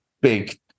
big